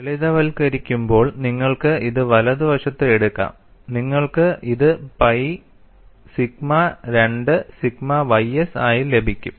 ലളിതവൽക്കരിക്കുമ്പോൾ നിങ്ങൾക്ക് ഇത് വലതുവശത്ത് എടുക്കാം നിങ്ങൾക്ക് ഇത് പൈ സിഗ്മ 2 സിഗ്മ ys ആയി ലഭിക്കും